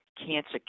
cancer